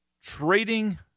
Trading